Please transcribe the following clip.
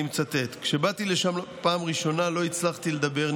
אני מצטט: כשבאתי לשם פעם ראשונה לא הצלחתי לדבר,